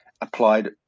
applied